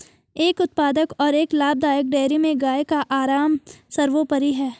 एक उत्पादक और लाभदायक डेयरी में गाय का आराम सर्वोपरि है